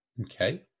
Okay